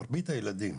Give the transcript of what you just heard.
מרבית הילדים